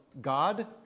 God